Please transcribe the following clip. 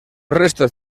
restos